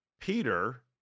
Peter